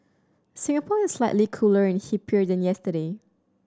Singapore is slightly cooler and hipper than yesterday